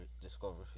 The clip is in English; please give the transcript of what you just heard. discovery